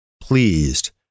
pleased